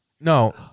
No